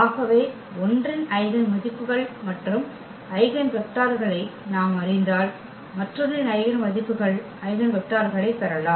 ஆகவே ஒன்றின் ஐகென் மதிப்புகள் மற்றும் ஐகென் வெக்டர்களை நாம் அறிந்தால் மற்றொன்றின் ஐகென் மதிப்புகள் ஐகென் வெக்டர்களைப் பெறலாம்